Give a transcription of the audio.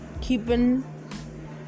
Keeping